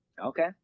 Okay